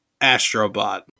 Astrobot